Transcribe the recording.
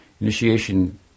Initiation